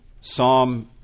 Psalm